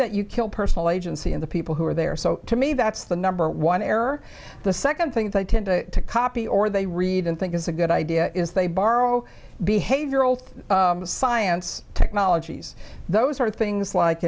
that you kill personal agency and the people who are there so to me that's the number one error the second thing they tend to copy or they read and think is a good idea is they borrow behavior old science technologies those sort of things like